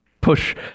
push